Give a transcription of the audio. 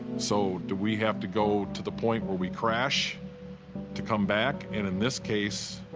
so do we have to go to the point where we crash to come back? and in this case,